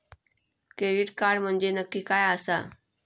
Credit card म्हंजे नक्की काय आसा?